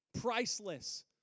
priceless